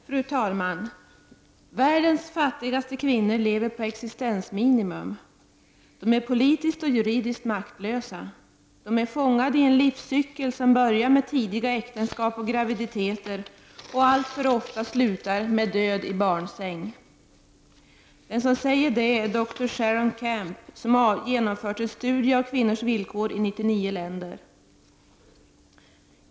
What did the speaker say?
Fru talman! ”Världens fattigaste kvinnor lever på existensminimum. De är politiskt och juridiskt maktlösa. De är fångade i en livscykel som börjar med tidiga äktenskap och graviditeter och alltför ofta slutar med död i barnsäng.” Den som säger det är dr Sharon Camp, som har genomfört en studie av kvinnors villkor i 99 länder.